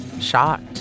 Shocked